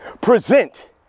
present